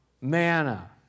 manna